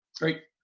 Great